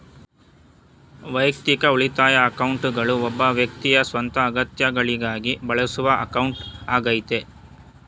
ವೈಯಕ್ತಿಕ ಉಳಿತಾಯ ಅಕೌಂಟ್ಗಳು ಒಬ್ಬ ವ್ಯಕ್ತಿಯ ಸ್ವಂತ ಅಗತ್ಯಗಳಿಗಾಗಿ ಬಳಸುವ ಅಕೌಂಟ್ ಆಗೈತೆ